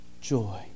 joy